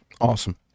awesome